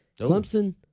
Clemson